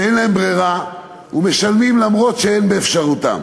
שאין להם ברירה ומשלמים גם אם אין באפשרותם.